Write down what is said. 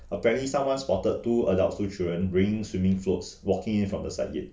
apparently someone spotted two adults two children bringing swimming floats walking from the side gate